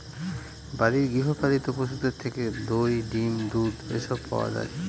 বাড়ির গৃহ পালিত পশুদের থেকে দই, ডিম, দুধ এসব পাওয়া যায়